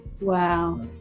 Wow